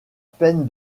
peine